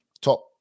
top